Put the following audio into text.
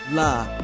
love